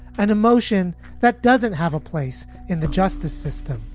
an emotion that doesn't have a place in the justice system.